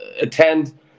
attend